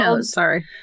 Sorry